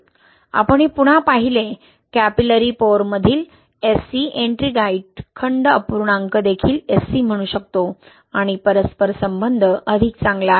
आपण हे पुन्हा पाहिले कैपिलरी पोअरमधील SC एट्रिंगाइट खंड अपूर्णांक देखील SC म्हणू शकतो आणि परस्परसंबंध अधिक चांगला आहे